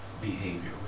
behavior